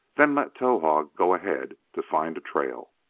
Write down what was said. then let towahg go ahead to find a trail.